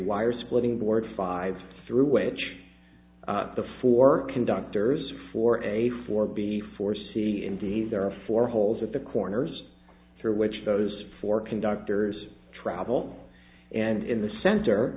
wire splitting board five through which the four conductors for a four before c and d there are four holes at the corners through which those four conductors travel and in the center